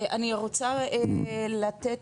אני רוצה לתת,